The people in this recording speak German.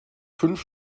fünf